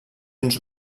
uns